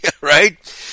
right